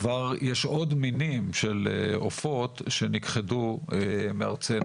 כבר יש עוד מינים של עופות שנכחדו מארצנו.